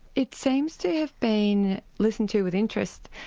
it seems to have been listened to with interest,